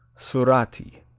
surati,